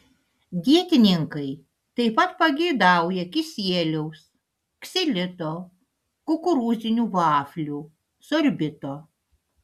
dietininkai taip pat pageidauja kisieliaus ksilito kukurūzinių vaflių sorbito